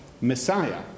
Messiah